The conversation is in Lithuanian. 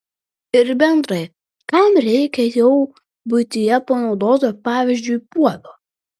ir bendrai kam reikia jau buityje panaudoto pavyzdžiui puodo